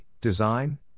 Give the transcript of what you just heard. design